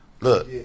look